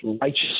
righteous